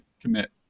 commit